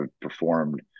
performed